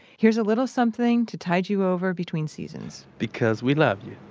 here's a little something to tide you over between seasons because we love you